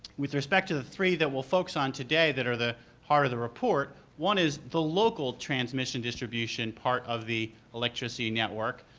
with respect to the three that we'll focus on today that are the part of the report, one is the local transmission distribution part of the electricity network,